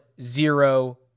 zero